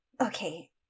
okay